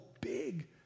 big